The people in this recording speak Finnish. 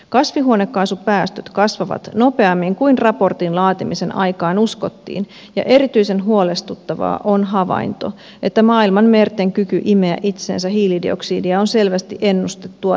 kasvihuonekaasupäästöt kasvavat nopeammin kuin raportin laatimisen aikaan uskottiin ja erityisen huolestuttava on havainto että maailman merten kyky imeä itseensä hiilidioksidia on selvästi ennustettua heikompi